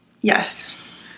Yes